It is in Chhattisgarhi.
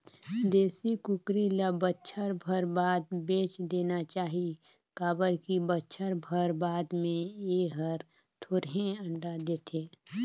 देसी कुकरी ल बच्छर भर बाद बेच देना चाही काबर की बच्छर भर बाद में ए हर थोरहें अंडा देथे